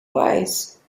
wise